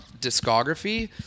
discography